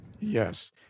Yes